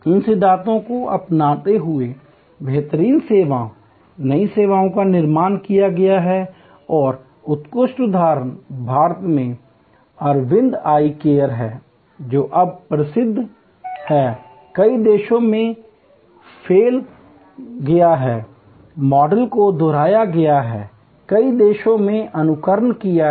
इन सिद्धांतों को अपनाते हुए बेहतरीन सेवाएं नई सेवाओं का निर्माण किया गया है और उत्कृष्ट उदाहरण भारत में अरविंद आई केयर है जो अब विश्व प्रसिद्ध है कई देशों में फैल गया है मॉडल को दोहराया गया है कई देशों में अनुकरण किया है